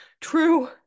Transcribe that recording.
true